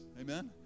Amen